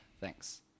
Thanks